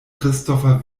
christopher